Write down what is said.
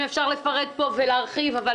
אפשר לפרט ולהרחיב פה על כל הנושאים הכל כך חשובים,